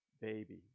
baby